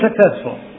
successful